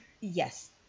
Yes